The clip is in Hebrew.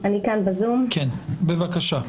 ג'וינט-ברוקדייל, בבקשה.